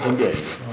india india